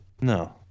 no